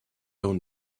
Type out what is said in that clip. own